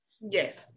Yes